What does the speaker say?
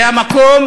זה המקום,